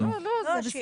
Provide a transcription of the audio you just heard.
בזה.